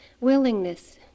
willingness